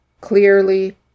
Clearly